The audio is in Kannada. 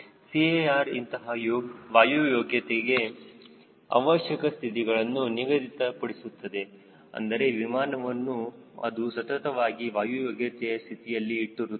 CAR ಇಂತಹ ವಾಯು ಯೋಗ್ಯತೆಗೆ ಅವಶ್ಯಕ ಸ್ಥಿತಿಯನ್ನು ನಿಗದಿತ ಪಡಿಸುತ್ತದೆ ಅಂದರೆ ವಿಮಾನವನ್ನು ಅದು ಸತತವಾಗಿ ವಾಯು ಯೋಗ್ಯತೆಯ ಸ್ಥಿತಿಯಲ್ಲಿ ಇಟ್ಟಿರುತ್ತದೆ